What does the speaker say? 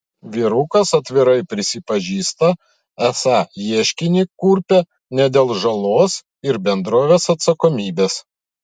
vyrukas atvirai prisipažįsta esą ieškinį kurpia ne dėl žalos ir bendrovės atsakomybės